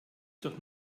doch